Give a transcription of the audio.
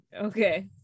okay